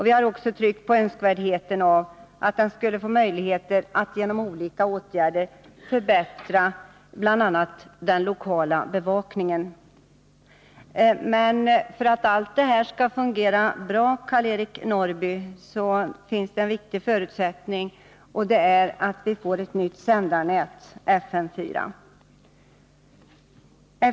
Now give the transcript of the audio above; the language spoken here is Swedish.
Vi har också tryckt på önskvärdheten av att den skulle få möjligheter att genom olika åtgärder förbättra bl.a. den lokala bevakningen. Men för att allt detta skall fungera bra, Karl-Eric Norrby, finns det en viktig förutsättning, och den är att vi får ett nytt sändarnät, FM 4.